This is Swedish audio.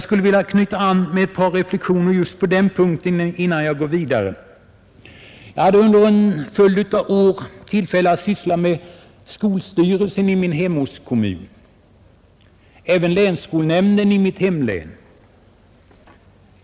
Låt mig göra ett par reflexioner på den punkten innan jag går vidare, Jag hade under en följd av år tillfälle att syssla med skolstyrelsen i min hemortskommun och även med länsskolnämnden i mitt hemlän.